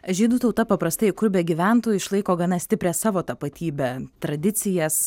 žydų tauta paprastai kur begyventų išlaiko gana stiprią savo tapatybę tradicijas